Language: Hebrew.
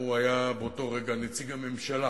הוא היה באותו רגע נציג הממשלה